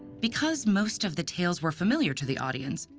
because most of the tales were familiar to the audience,